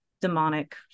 demonic